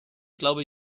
glaube